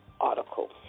Article